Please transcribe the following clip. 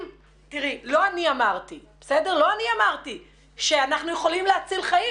לא אני אמרתי שאנחנו יכולים להציל חיים.